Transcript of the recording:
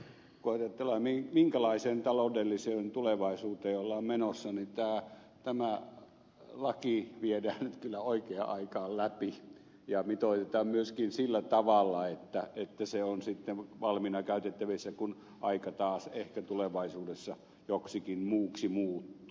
ensinnäkin kun ajatellaan minkälaiseen taloudelliseen tulevaisuuteen ollaan menossa niin tämä laki viedään nyt kyllä oikeaan aikaan läpi ja mitoitetaan myöskin sillä tavalla että se on sitten valmiina käytettävissä kun aika taas ehkä tulevaisuudessa joksikin muuksi muuttuu